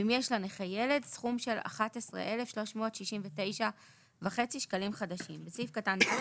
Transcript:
ואם יש לנכה ילד סכום של 11,369.50 שקלים חדשים"; בסעיף קטן (ד),